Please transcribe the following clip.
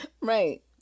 right